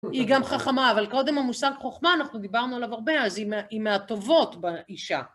היא גם חכמה, אבל קודם המושג חוכמה, אנחנו דיברנו עליו הרבה, אז היא מהטובות באישה.